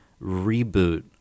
Reboot